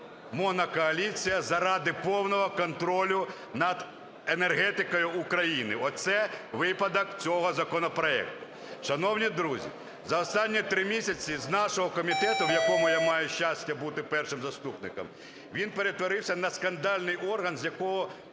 монокоаліція заради повного контролю над енергетикою України. Оце випадок цього законопроекту. Шановні друзі, за останні 3 місяці з нашого комітету, в якому я маю щастя бути першим заступником, він перетворився на скандальний орган, з якого